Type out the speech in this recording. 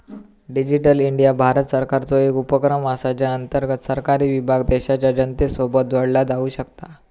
digital India Bharat सरकारचो एक उपक्रम असा ज्या अंतर्गत सरकारी विभाग देशाच्या जनतेसोबत जोडला जाऊ शकता